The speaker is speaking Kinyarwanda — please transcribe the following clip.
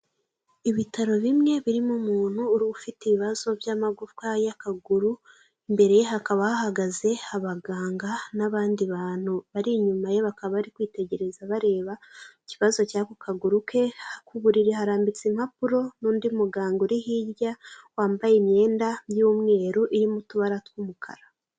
Ibitaro bimwe birimo umuntu uri ufite ibibazo by'amagufawa y'akaguru, imbere hakaba hahagaze abaganga n'abandi bantu bari inyuma ye bakaba bari kwitegereza bareba ikibazo cy'ako kaguru ke, ku buriri harambitse impapuro n'undi muganga uri hirya wambaye imyenda y'umweru irimo umutubara tw'umukara.